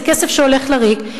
זה כסף שהולך לריק,